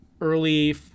early